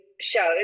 shows